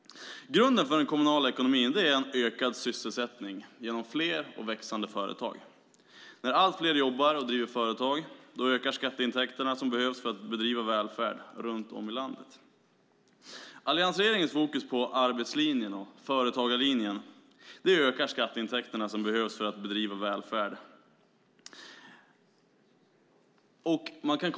Grunden för den kommunala ekonomin är ökad sysselsättning genom fler och växande företag. När allt fler jobbar och driver företag ökar skatteintäkterna som behövs för att bedriva välfärd runt om i landet. Alliansregeringens fokus på arbetslinjen och företagarlinjen ökar skatteintäkterna som behövs för att bedriva välfärd.